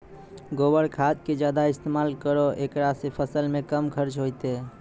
गोबर खाद के ज्यादा इस्तेमाल करौ ऐकरा से फसल मे कम खर्च होईतै?